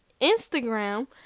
Instagram